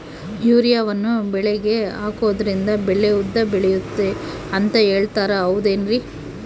ಯೂರಿಯಾವನ್ನು ಬೆಳೆಗೆ ಹಾಕೋದ್ರಿಂದ ಬೆಳೆ ಉದ್ದ ಬೆಳೆಯುತ್ತೆ ಅಂತ ಹೇಳ್ತಾರ ಹೌದೇನ್ರಿ?